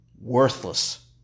worthless